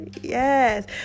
yes